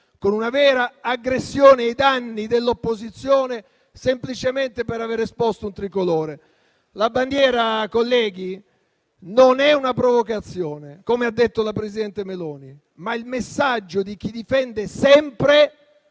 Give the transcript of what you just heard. con una vera aggressione ai danni dell'opposizione, semplicemente per aver esposto un tricolore. La bandiera, colleghi, non è una provocazione - come invece ha detto la presidente Meloni - ma il messaggio di chi difende sempre